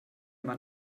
man